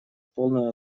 полную